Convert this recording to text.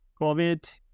COVID